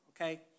okay